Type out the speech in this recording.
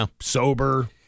sober